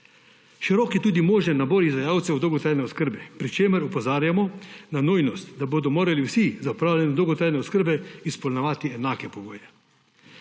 Širok je tudi možen nabor izvajalcev dolgotrajne oskrbe, pri čemer opozarjamo na nujnost, da bodo morali vsi za opravljanje dolgotrajne oskrbe izpolnjevati enake pogoje.